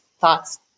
thoughts